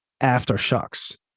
aftershocks